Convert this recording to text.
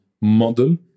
model